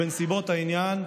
בנסיבות העניין,